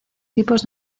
tipos